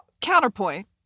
Counterpoint